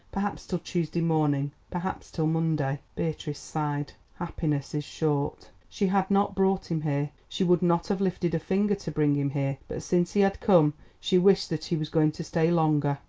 perhaps till tuesday morning, perhaps till monday. beatrice sighed. happiness is short. she had not brought him here, she would not have lifted a finger to bring him here, but since he had come she wished that he was going to stay longer.